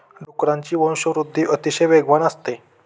डुकरांची वंशवृद्धि अतिशय वेगवान असते